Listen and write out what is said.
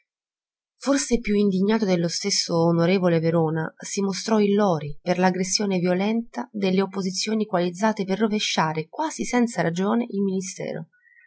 forse più indignato dello stesso on verona si mostrò il lori per l'aggressione violenta delle opposizioni coalizzate per rovesciare quasi senza ragione il ministero